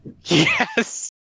Yes